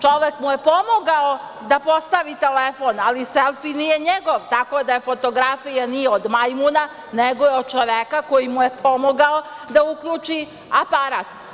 Čovek mu je pomogao da postavi telefon, ali selfi nije njegov, tako da fotografija nije od majmuna, nego je od čoveka koji mu je pomogao da uključi aparat.